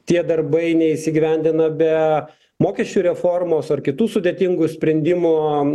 tie darbai neįsigyvendina be mokesčių reformos ar kitų sudėtingų sprendimų